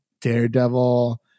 Daredevil